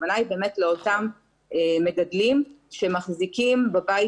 הכוונה היא באמת לאותם מגדלים שמחזיקים בבית